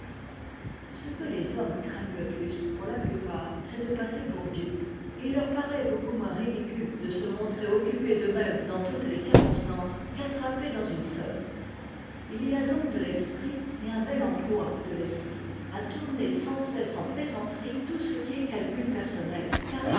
ce que les hommes craignent le plus pour la plupart c'est de passer pour dupes et il leur paraît beaucoup moins ridicule de se montrer occupés d'eux-mêmes dans toutes les circonstances qu'attrapés dans une seule it y a donc de l'esprit et un bel emploi de l'esprit à tourner sans cesse en plaisanterie tout ce qui est calcul personnel car il